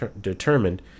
determined